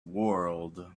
world